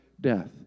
death